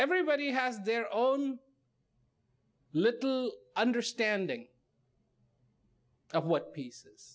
everybody has their own little understanding of what pieces